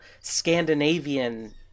Scandinavian